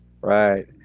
Right